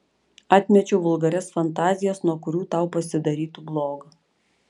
atmečiau vulgarias fantazijas nuo kurių tau pasidarytų bloga